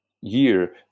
year